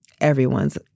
Everyone's